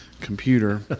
computer